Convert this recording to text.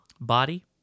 Body